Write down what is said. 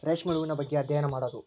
ರೇಶ್ಮೆ ಹುಳುವಿನ ಬಗ್ಗೆ ಅದ್ಯಯನಾ ಮಾಡುದು